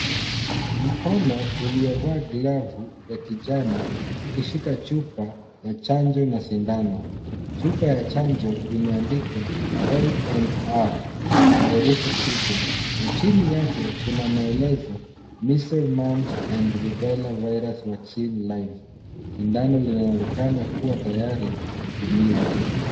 Mkono uliovaa glavu ya kijani ukishika chupa ya chanjo na sindano. Chupa ya chanjo imeandikwa M-M-R kwa herufi kubwa na chini yake kuna maelezo measle mumps na rubella virus vaccine live . Sindano linaonekana kuwa tayari kutumiwa